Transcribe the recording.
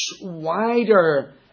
wider